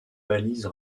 balise